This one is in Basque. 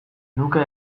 nuke